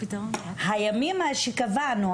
הימים שקבענו,